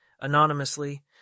anonymously